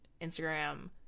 Instagram